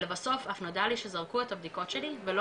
בסוף אף נודע לי שזרקו את הבדיקות שלי ולא